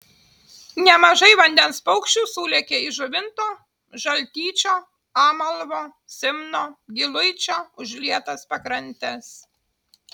nemažai vandens paukščių sulėkė į žuvinto žaltyčio amalvo simno giluičio užlietas pakrantes